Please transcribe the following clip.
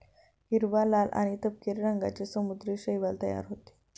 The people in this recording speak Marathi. हिरवा, लाल आणि तपकिरी रंगांचे समुद्री शैवाल तयार होतं